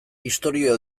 istorio